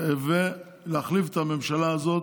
ולהחליף את הממשלה הזאת,